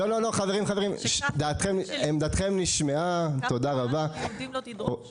כף רגל של יהודים לא תדרוך שם.